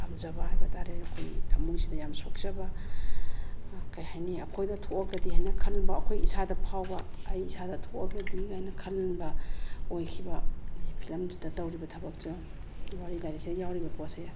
ꯄꯥꯝꯖꯕ ꯍꯥꯏꯕꯇꯥꯔꯦ ꯑꯩꯈꯣꯏꯒꯤ ꯊꯃꯣꯏꯁꯤꯗ ꯌꯥꯝ ꯁꯣꯛꯆꯕ ꯀꯩ ꯍꯥꯏꯅꯤ ꯑꯩꯈꯣꯏꯗ ꯊꯣꯛꯑꯒꯗꯤ ꯍꯥꯏꯅ ꯈꯟꯕ ꯑꯩꯈꯣꯏ ꯏꯁꯥꯗ ꯐꯥꯎꯕ ꯑꯩ ꯏꯁꯥꯗ ꯊꯣꯛꯑꯒꯗꯤ ꯀꯥꯏꯅ ꯈꯟꯕ ꯑꯣꯏꯈꯤꯕꯅꯦ ꯐꯤꯂꯝꯗꯨꯗ ꯇꯧꯔꯤꯕ ꯊꯕꯛꯇꯣ ꯋꯥꯔꯤ ꯂꯥꯏꯔꯤꯛꯁꯤꯗ ꯌꯥꯎꯔꯤꯕ ꯄꯣꯠꯁꯦ